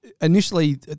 initially